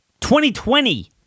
2020